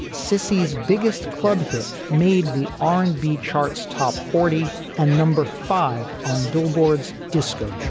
sissy's biggest club hit made the r and b charts top forty and number five on billboards disco chuck.